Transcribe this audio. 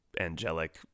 angelic